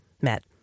met